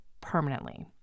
permanently